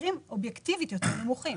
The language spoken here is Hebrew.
המחירים אובייקטיבית נמוכים יותר.